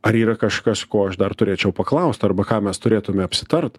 ar yra kažkas ko aš dar turėčiau paklaust arba ką mes turėtume apsitart